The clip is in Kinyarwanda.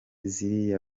ziriya